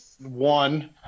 one